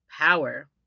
power